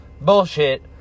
bullshit